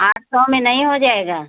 आठ सौ में नहीं हो जाएगा